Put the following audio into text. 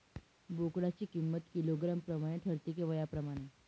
बोकडाची किंमत किलोग्रॅम प्रमाणे ठरते कि वयाप्रमाणे?